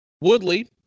Woodley